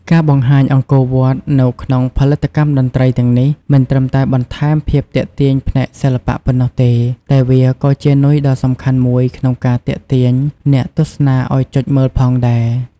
ការបង្ហាញអង្គរវត្តនៅក្នុងផលិតកម្មតន្ត្រីទាំងនេះ មិនត្រឹមតែបន្ថែមភាពទាក់ទាញផ្នែកសិល្បៈប៉ុណ្ណោះទេ តែវាក៏ជានុយដ៏សំខាន់មួយក្នុងការទាក់ទាញអ្នកទស្សនាឲ្យចុចមើលផងដែរ។